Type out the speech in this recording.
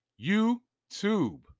YouTube